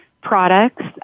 products